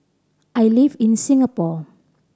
I live in Singapore